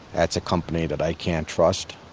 that's a company that i can't trust.